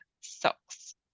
socks